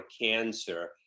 cancer